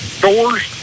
doors